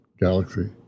galaxy